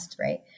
right